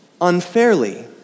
unfairly